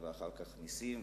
ואחר כך מסים,